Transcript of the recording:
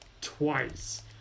twice